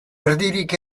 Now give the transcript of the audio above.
erdirik